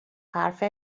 حرفت